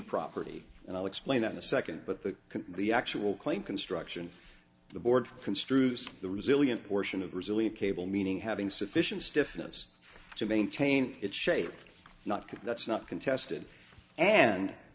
property and i'll explain that in a second but the the actual claim construction the board construes the resilient portion of resilient cable meaning having sufficient stiffness to maintain its shape not because that's not contested and